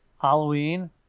Halloween